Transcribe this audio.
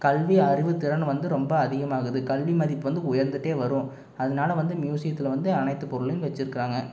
கல்வி அறிவு திறன் வந்து ரொம்ப அதிகமாகுது கல்வி மதிப்பு வந்து உயர்ந்துகிட்டே வரும் அதனால வந்து மியூசியத்தில் வந்து அனைத்து பொருளையும் வச்சிருக்குறாங்கள்